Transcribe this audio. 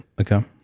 Okay